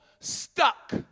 Stuck